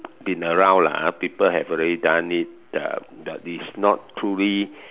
been around lah people have already done it uh but is not truly